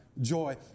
joy